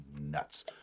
nuts